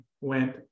went